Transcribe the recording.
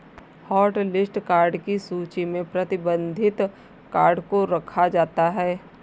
hotlist card की सूची में प्रतिबंधित कार्ड को रखा जाता है